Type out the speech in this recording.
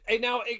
now